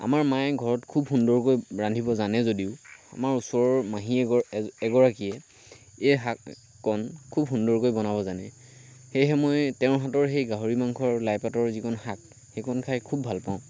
আমাৰ মায়ে ঘৰত খুব সুন্দৰকৈ ৰান্ধিব জানে যদিও আমাৰ ওচৰৰ মাহী এগৰাকীয়ে এই শাককণ খুব সুন্দৰকৈ বনাব জানে সেয়েহে মই তেওঁৰ হাতৰ সেই গাহৰি মাংস আৰু লাইপাতৰ যিকণ শাক সেইকণ খাই খুব ভাল পাওঁ